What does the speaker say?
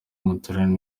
w’umutaliyani